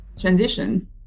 transition